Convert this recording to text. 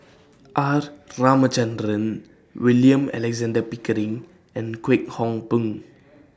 R Ramachandran William Alexander Pickering and Kwek Hong Png